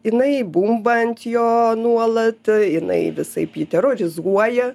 jinai bumba ant jo nuolat jinai visaip jį terorizuoja